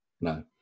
no